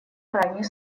крайний